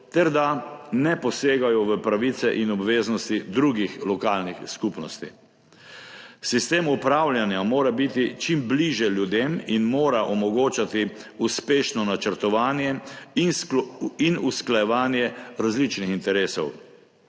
ter da ne posegajo v pravice in obveznosti drugih lokalnih skupnosti. Sistem upravljanja mora biti čim bližje ljudem in mora omogočati uspešno načrtovanje in usklajevanje različnih interesov.